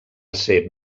ser